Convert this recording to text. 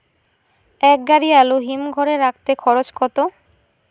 এক গাড়ি আলু হিমঘরে রাখতে খরচ কত?